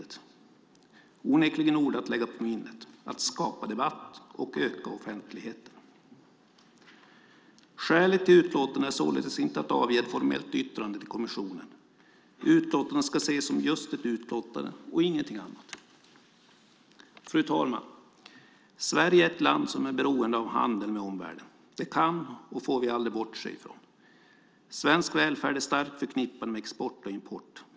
Det är onekligen ord att lägga på minnet, "att skapa debatt och öka offentligheten". Skälet till utlåtandet är således inte att avge ett formellt yttrande till kommissionen. Utlåtandet ska ses som just ett utlåtande och ingenting annat. Fru talman! Sverige är ett land som är beroende av handel med omvärlden. Det kan och får vi aldrig bortse ifrån. Svensk välfärd är starkt förknippad med export och import.